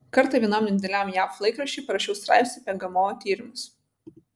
kartą vienam nedideliam jav laikraščiui parašiau straipsnį apie gmo tyrimus